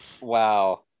Wow